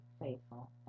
faithful